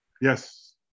Yes